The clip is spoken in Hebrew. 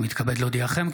אני מתכבד להודיעכם,